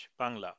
Bangla